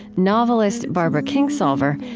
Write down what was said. novelist barbara kingsolver,